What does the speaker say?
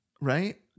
Right